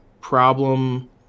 problem